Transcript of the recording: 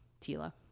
tila